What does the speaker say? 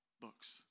books